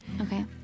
Okay